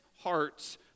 hearts